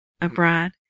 abroad